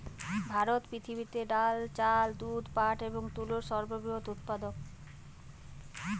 ভারত পৃথিবীতে ডাল, চাল, দুধ, পাট এবং তুলোর সর্ববৃহৎ উৎপাদক